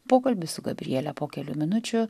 pokalbis su gabriele po kelių minučių